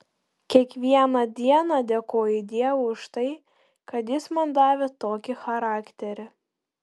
kiekvieną dieną dėkoju dievui už tai kad jis man davė tokį charakterį